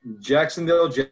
Jacksonville